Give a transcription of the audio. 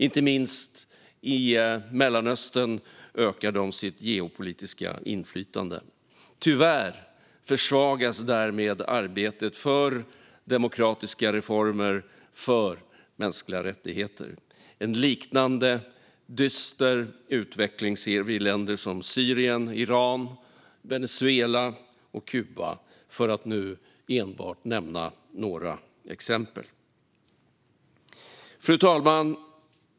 Inte minst i Mellanöstern ökar de sitt geopolitiska inflytande. Tyvärr försvagas därmed arbetet för demokratiska reformer och mänskliga rättigheter. En liknande dyster utveckling ser vi i länder som Syrien, Iran, Venezuela och Kuba, för att enbart nämna några exempel. Fru talman!